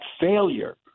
failure